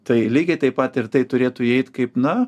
tai lygiai taip pat ir tai turėtų įeit kaip na